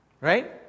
Right